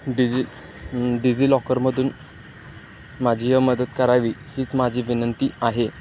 diesel डिझिलॉकरमधून माझी ह मदत करावी हीच माझी विनंती आहे